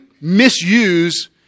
misuse